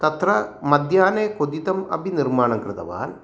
तत्र मध्याह्ने क्वथितम् अपि निर्माणं कृतवान्